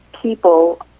people